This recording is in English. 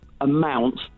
amount